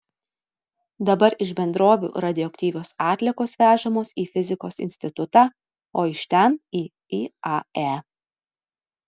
dabar iš bendrovių radioaktyvios atliekos vežamos į fizikos institutą o iš ten į iae